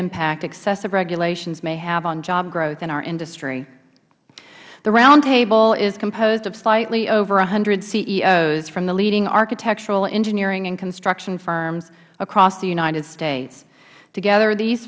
impact excessive regulations may have on job growth in our industry the round table is composed of slightly over one hundred ceos from the leading architectural engineering and construction firms across the united states together these